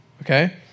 okay